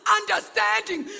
understanding